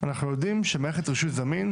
אנחנו יודעים שמערכת רישוי זמין,